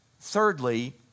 Thirdly